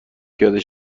پیاده